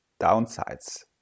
downsides